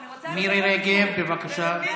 בוסו, חזק וברוך, מירי רגב, בבקשה.